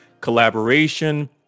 collaboration